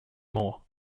moor